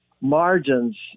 margins